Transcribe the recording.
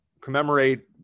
commemorate